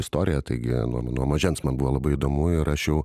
istoriją taigi nuo mažens man buvo labai įdomu rašiau